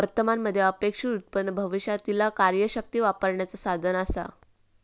वर्तमान मध्ये अपेक्षित उत्पन्न भविष्यातीला कार्यशक्ती वापरण्याचा साधन असा